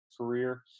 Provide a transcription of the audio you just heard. career